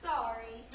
Sorry